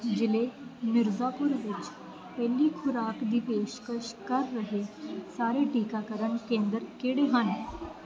ਜ਼ਿਲ੍ਹੇ ਮਿਰਜ਼ਾਪੁਰ ਵਿੱਚ ਪਹਿਲੀ ਖੁਰਾਕ ਦੀ ਪੇਸ਼ਕਸ਼ ਕਰ ਰਹੇ ਸਾਰੇ ਟੀਕਾਕਰਨ ਕੇਂਦਰ ਕਿਹੜੇ ਹਨ